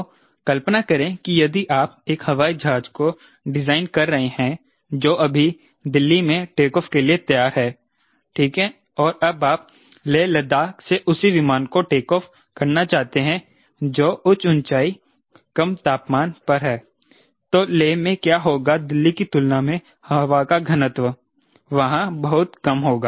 तो कल्पना करें कि यदि आप एक हवाई जहाज का डिज़ाइन कर रहे हैं जो अभी दिल्ली में टेक ऑफ के लिए तैयार है ठीक है और अब आप लेह लद्दाख से उसी विमान को टेक ऑफ करना चाहते हैं जो उच्च ऊंचाई कम तापमान पर है तो लेह में क्या होगा दिल्ली की तुलना में हवा का घनत्व वहां बहुत कम होगा